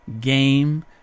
game